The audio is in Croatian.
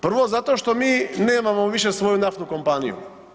Prvo zato što mi nemamo više svoju naftnu kompaniju.